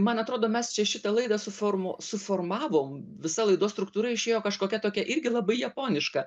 man atrodo mes čia šitą laidą su formuo suformavom visa laidos struktūra išėjo kažkokia tokia irgi labai japoniška